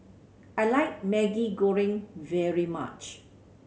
I like Maggi Goreng very much